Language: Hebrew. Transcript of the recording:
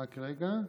מה אתה אומר,